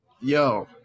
yo